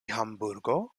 hamburgo